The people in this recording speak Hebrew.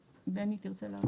ובני, תרצה להרחיב?